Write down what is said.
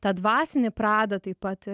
tą dvasinį pradą taip pat